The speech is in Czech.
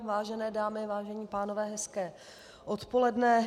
Vážené dámy, vážení pánové, hezké odpoledne.